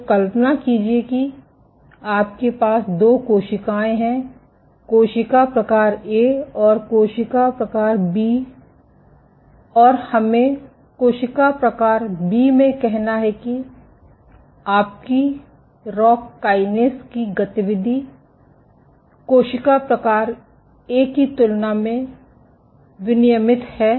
तो कल्पना कीजिए कि आपके पास दो कोशिकायेँ हैं कोशिका प्रकार ए और कोशिका प्रकार बी और हमें कोशिका प्रकार बी में कहना है कि आपकी रॉक काइनेस की गतिविधि कोशिका प्रकार ए की तुलना में विनियमित है